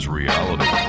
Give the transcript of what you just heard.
reality